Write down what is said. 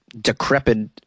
decrepit